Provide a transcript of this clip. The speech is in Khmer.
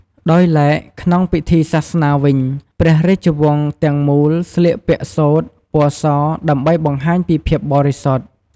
ដោយឡែក ក្នុងពិធីសាសនាវិញ ព្រះរាជវង្សទាំងមូល ស្លៀកពាក់សូត្រ ពណ៌ស ដើម្បីបង្ហាញពីភាពបរិសុទ្ធ។